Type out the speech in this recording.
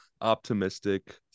optimistic